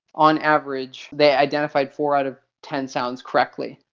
on average they identified four out of ten sounds correctly.